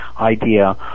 idea